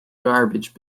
garbage